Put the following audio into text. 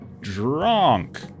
Drunk